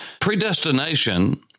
Predestination